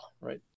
right